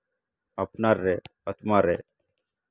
ᱟᱯᱱᱟᱨᱮ ᱟᱛᱢᱟᱨᱮ